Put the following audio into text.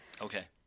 Okay